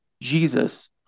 jesus